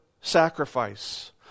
sacrifice